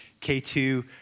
K2